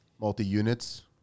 Multi-units